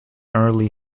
early